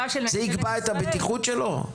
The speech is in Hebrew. זה ייקבע את הבטיחות שלו?